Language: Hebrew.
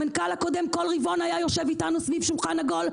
המנכ"ל הקודם בכל רבעון היה יושב אתנו סביב שולחן עגול,